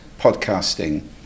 podcasting